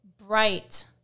bright